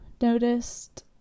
noticed